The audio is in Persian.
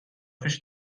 پیش